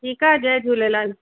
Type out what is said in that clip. ठीकु आहे जय झूलेलाल